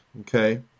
okay